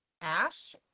ash